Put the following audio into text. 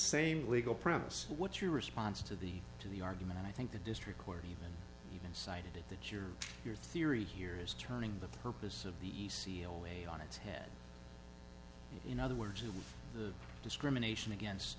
same legal premise what's your response to the to the argument i think the district court even even cited that your your theory here is turning the purpose of the e c only on its head in other words in the discrimination against